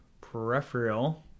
peripheral